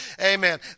Amen